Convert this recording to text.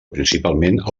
principalment